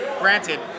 granted